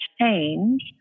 change